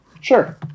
Sure